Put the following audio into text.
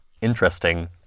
interesting